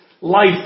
life